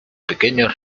pequeños